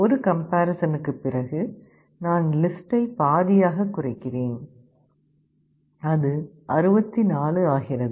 ஒரு கம்பேரிசனுக்குப் பிறகு நான் லிஸ்டை பாதியாகக் குறைக்கிறேன் அது 64 ஆகிறது